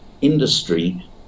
industry